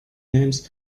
names